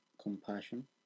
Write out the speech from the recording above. compassion